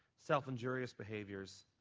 self injurious behaviors,